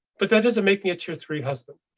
but that doesn't make me a tier three husband,